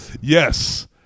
Yes